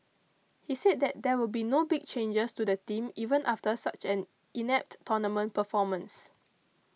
he said that there will be no big changes to the team even after such an inept tournament performance